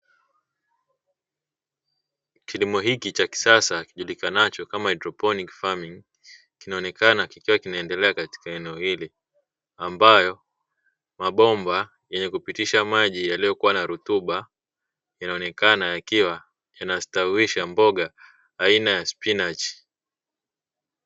Kilimo hiki cha kisasa kijulikanacho kama haidroponi farming. Kinaonekana kikiwa kinaendelea katika eneo hili ambayo mabomba yenye kupitisha maji yaliyokuwa yanarutuba inaonekana yakiwa yanastawisha mboga aina ya spinachi.